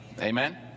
Amen